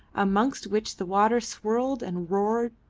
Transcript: amongst which the water swirled and roared